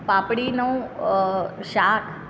પાપડીનું શાક